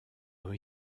ont